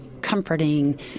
comforting